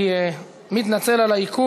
אם כן, אני מתנצל על העיכוב.